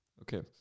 Okay